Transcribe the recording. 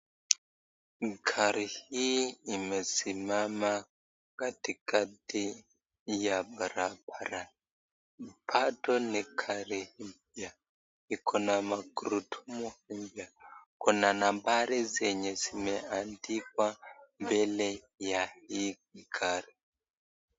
Gari hii imesimama katikati ya barabara. Bado ni gari mpya, iko na magurudumu mpya. Kuna nambari ambazo zimeandikwa mbele ya hii gari.